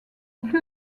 plus